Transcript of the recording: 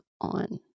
on